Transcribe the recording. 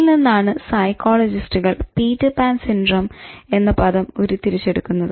ഇതിൽ നിന്നാണ് സൈക്കോളജിസ്റ്റുകൾ "പീറ്റർ പാൻ സിൻഡ്രം" എന്ന പദം ഉരുത്തിരിച്ചെടുക്കുന്നത്